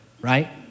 right